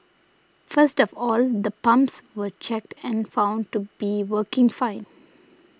first of all the pumps were checked and found to be working fine